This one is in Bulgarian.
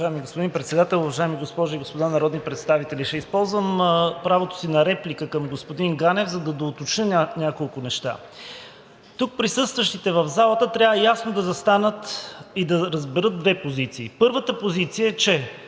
Уважаеми господин Председател, уважаеми госпожи и господа народни представители! Ще използвам правото си на реплика към господин Ганев, за да доуточня няколко неща. Тук присъстващите в залата трябва ясно да застанат и да разберат две позиции. Първата позиция е, че